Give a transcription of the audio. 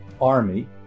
Army